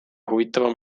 huvitavam